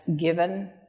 given